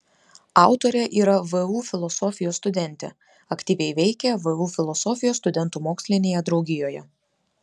autorė yra vu filosofijos studentė aktyviai veikia vu filosofijos studentų mokslinėje draugijoje